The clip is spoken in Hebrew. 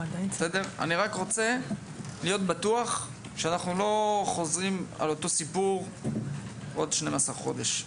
אני רק רוצה להיות בטוח שאנחנו לא חוזרים על אותו סיפור עוד 12 חודש.